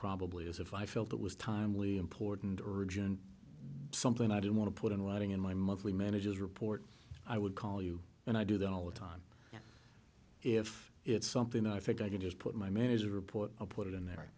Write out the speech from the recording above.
probably is if i felt it was timely important origin and something i didn't want to put in writing in my monthly manages report i would call you and i do that all the time if it's something i figure i can just put my manners report put it in there